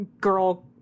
girl